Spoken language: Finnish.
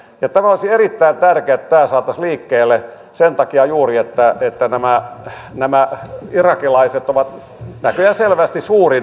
olisi erittäin tärkeää että tämä saataisiin liikkeelle sen takia juuri että nämä irakilaiset ovat näköjään selvästi suurin ryhmä tänne tulijoista